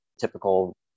typical